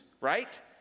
right